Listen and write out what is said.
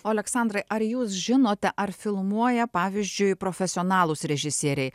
o oleksandrai ar jūs žinote ar filmuoja pavyzdžiui profesionalūs režisieriai